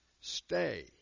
stay